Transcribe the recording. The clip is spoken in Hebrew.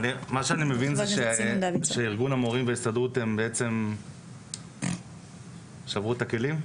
אני מבין שארגון המורים וההסתדרות שברו את הכלים?